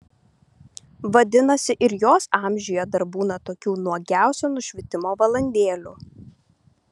vadinasi ir jos amžiuje dar būna tokių nuogiausio nušvitimo valandėlių